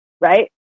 right